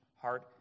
heart